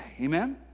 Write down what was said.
Amen